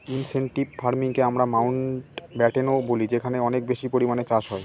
intensive ফার্মিংকে আমরা মাউন্টব্যাটেনও বলি যেখানে অনেক বেশি পরিমানে চাষ হয়